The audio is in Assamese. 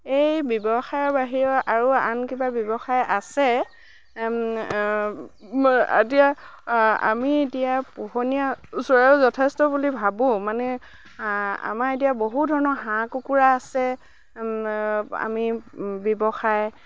এই ব্যৱসায়ৰ বাহিৰত আৰু আন কিবা ব্যৱসায় আছে এতিয়া আমি এতিয়া পোহনীয়া চৰায়ো যথেষ্ট বুলি ভাবোঁ মানে আমাৰ এতিয়া বহু ধৰণৰ হাঁহ কুকুৰা আছে আমি ব্যৱসায়